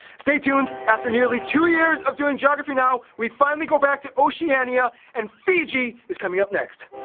stay tuned, after nearly two years of doing geography now, we finally go back to oceania, and fiji, is coming up next!